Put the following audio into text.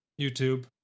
YouTube